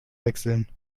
wechseln